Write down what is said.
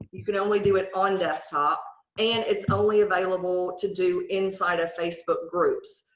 you can only do it on desktop and it's only available to do inside of facebook groups.